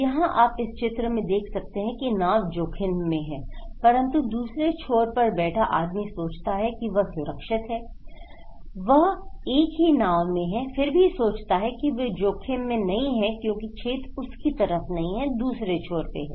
यहां आप इस चित्र में देख सकते हैं की नाव जोखिम में है परंतु दूसरे छोर पर बैठा आदमी सोचता है कि वह सुरक्षित है वह एक ही नाव में है फिर भी सोचता है कि वह जोखिम में नहीं है क्योंकि छेद उसकी तरफ नहीं है दूसरे छोर पर है